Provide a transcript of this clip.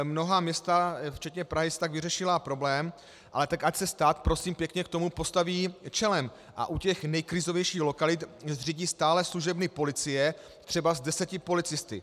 Mnohá místa včetně Prahy si tak vyřešila problém, ale tak ať se stát, prosím pěkně, k tomu postaví čelem a u těch nejkrizovějších lokalit zřídí stálé služebny policie, třeba s deseti policisty.